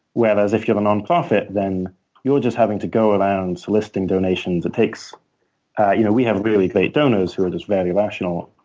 whereas if you're a nonprofit, then you were just having to go around soliciting donations. you know we have really great donors who are just very rational,